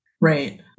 Right